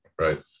Right